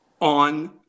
on